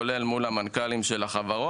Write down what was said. כולל מול המנכ"לים של החברות.